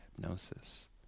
hypnosis